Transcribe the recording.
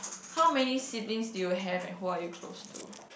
how many siblings do you have and who are you close to